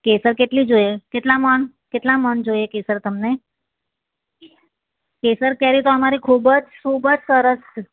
કેસર કેટલી જોઈએ કેટલાં મણ કેટલાં મણ જોઈએ કેસર તમને કેસર કેરી તો અમારી ખૂબ જ ખૂબ જ સરસ છે